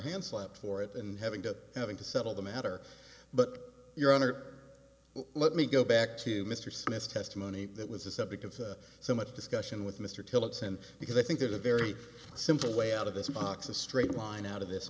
hands slapped for it and having that having to settle the matter but your honor let me go back to mr smith's testimony that was the subject of so much discussion with mr tillotson because i think that a very simple way out of this box a straight line out of this